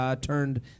turned